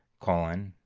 colon,